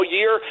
year